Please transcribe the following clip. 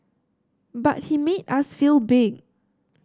but he made us feel big